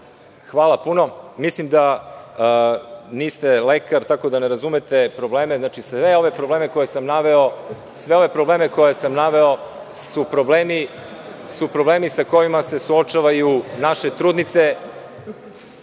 Hvala puno. Mislim da niste lekar, tako da ne razumete probleme. Svi ovi problemi koje sam naveo su problemi sa kojima se suočavaju naše trudnice. Zamolio